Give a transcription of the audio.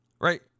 Right